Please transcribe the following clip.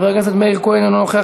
חבר הכנסת מאיר כהן, אינו נוכח.